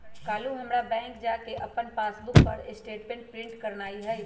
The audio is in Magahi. काल्हू हमरा बैंक जा कऽ अप्पन पासबुक पर स्टेटमेंट प्रिंट करेनाइ हइ